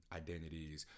identities